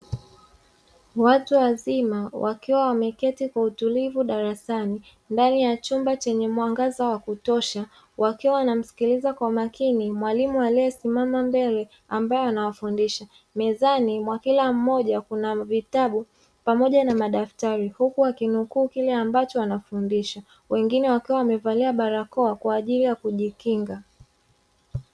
Watu wazima wakiwa wameketi kwa utulivu darasani ndani ya chumba chenye mwangaza wa kutosha, wakiwa wanamsikiliza kwa makini mwalimu aliyesimama mbele ambaye anawafundisha. Mezani mwa kila mmoja kuna vitabu pamoja na madaftari, huku wakinukuu kile ambacho anafundisha, wengine wakiwa wamevalia barakoa kwa ajili ya kujikinga.